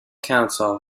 counsel